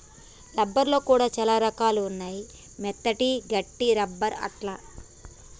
rubber లో కూడా చానా రకాలు ఉంటాయి మెత్తటి, గట్టి రబ్బర్ అట్లా